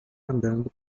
andando